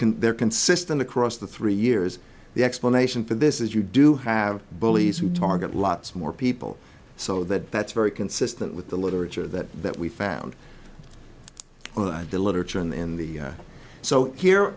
can they're consistent across the three years the explanation for this is you do have bullies who target lots more people so that that's very consistent with the literature that that we found deliberate or in the so here